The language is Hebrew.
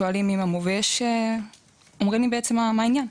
שואלים "מי מה מו" ואומרים לי בעצם מה העניין.